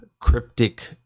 cryptic